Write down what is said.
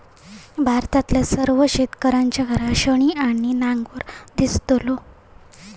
भारतातल्या सगळ्या शेतकऱ्यांच्या घरात छिन्नी आणि नांगर दिसतलो